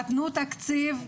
נתנו תקציב.